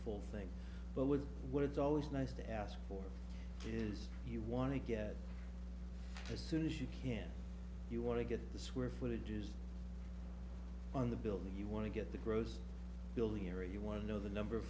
full thing but would what it's always nice to ask for is you want to get as soon as you can you want to get the square footage used on the building you want to get the growth building or you want to know the number of